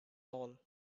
all